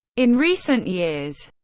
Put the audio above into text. in recent years,